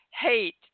hate